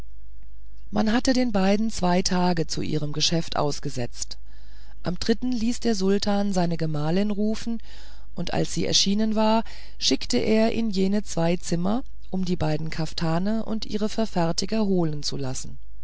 man hatte den beiden zwei tage zu ihrem geschäft ausgesetzt am dritten ließ der sultan seine gemahlin rufen und als sie erschienen war schickte er in jene zwei zimmer um die beiden kaftane und ihre verfertiger holen zu lassen